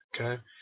Okay